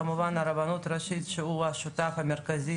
כמובן הרבנות הראשית שהיא השותף המרכזי